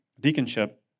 deaconship